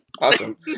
Awesome